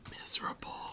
miserable